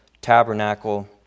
tabernacle